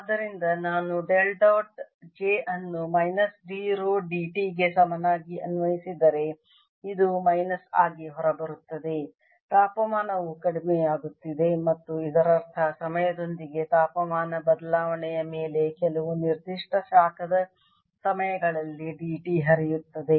ಆದ್ದರಿಂದ ನಾನು del dot j ಅನ್ನು ಮೈನಸ್ d ರೋ dt ಗೆ ಸಮನಾಗಿ ಅನ್ವಯಿಸಿದರೆ ಇದು ಮೈನಸ್ ಆಗಿ ಹೊರಬರುತ್ತದೆ ತಾಪಮಾನವು ಕಡಿಮೆಯಾಗುತ್ತಿದೆ ಮತ್ತು ಇದರರ್ಥ ಸಮಯದೊಂದಿಗೆ ತಾಪಮಾನ ಬದಲಾವಣೆಯ ಮೇಲೆ ಕೆಲವು ನಿರ್ದಿಷ್ಟ ಶಾಖದ ಸಮಯಗಳಲ್ಲಿ dt ಹರಿಯುತ್ತದೆ